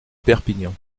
perpignan